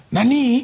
Nani